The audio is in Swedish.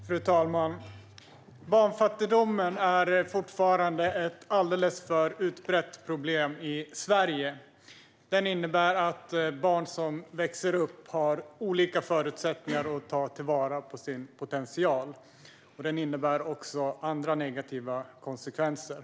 Fru talman! Barnfattigdomen är fortfarande ett alldeles för utbrett problem i Sverige. Den innebär att barn som växer upp har olika förutsättningar att ta vara på sin potential. Den har också andra negativa konsekvenser.